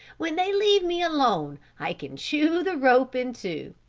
when they leave me alone, i can chew the rope in two.